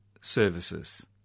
services